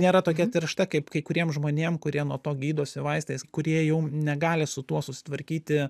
nėra tokia tiršta kaip kai kuriem žmonėm kurie nuo to gydosi vaistais kurie jau negali su tuo susitvarkyti